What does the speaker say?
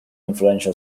influential